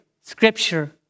scripture